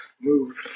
move